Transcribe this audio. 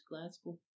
Glasgow